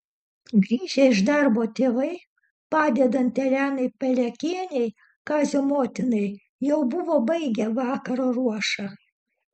grįžę iš darbo tėvai padedant elenai palekienei kazio motinai jau buvo baigę vakaro ruošą